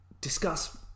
discuss